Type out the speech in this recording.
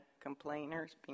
complainers